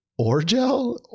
Orgel